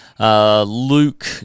Luke